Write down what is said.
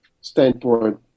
standpoint